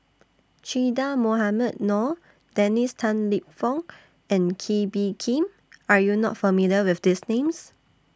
Che Dah Mohamed Noor Dennis Tan Lip Fong and Kee Bee Khim Are YOU not familiar with These Names